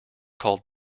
called